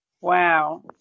Wow